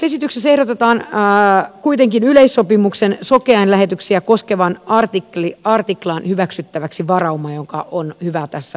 esityksessä ehdotetaan kuitenkin yleissopimuksen sokeain lähetyksiä koskevaan artiklaan hyväksyttäväksi varauma joka on hyvä tässä todeta